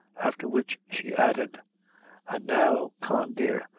after which she added and now, con dear,